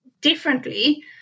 differently